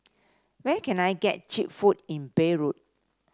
where can I get cheap food in Beirut